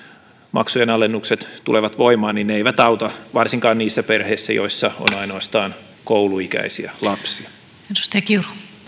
maksujen alennukset tulevat voimaan niin ne eivät auta varsinkaan niissä perheissä joissa on ainoastaan kouluikäisiä lapsia